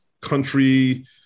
country